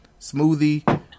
Smoothie